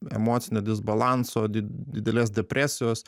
emocinio disbalanso di didelės depresijos